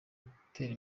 gutera